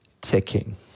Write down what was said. ticking